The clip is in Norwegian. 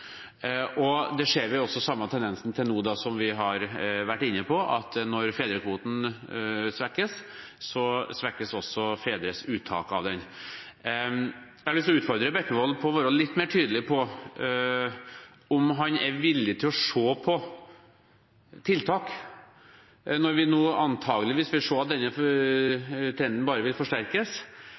Det ser vi også den samme tendensen til nå, som vi har vært inne på, at når fedrekvoten svekkes, så svekkes også fedres uttak av den. Jeg har lyst til å utfordre representanten Bekkevold til å være litt mer tydelig på om han er villig til å se på tiltak når vi nå antakelig vil se at denne trenden bare forsterkes,